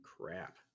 crap